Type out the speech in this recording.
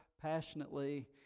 passionately